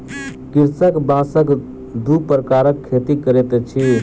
कृषक बांसक दू प्रकारक खेती करैत अछि